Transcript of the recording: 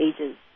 ages